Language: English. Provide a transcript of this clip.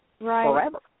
forever